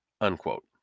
Unquote